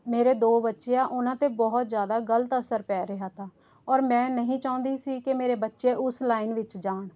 ਮੇਰੇ ਦੋ ਬੱਚੇ ਆ ਉਹਨਾਂ 'ਤੇ ਬਹੁਤ ਜ਼ਿਆਦਾ ਗਲਤ ਅਸਰ ਪੈ ਰਿਹਾ ਤਾ ਔਰ ਮੈਂ ਨਹੀਂ ਚਾਹੁੰਦੀ ਸੀ ਕਿ ਮੇਰੇ ਬੱਚੇ ਉਸ ਲਾਈਨ ਵਿੱਚ ਜਾਣ